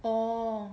orh